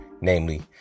Namely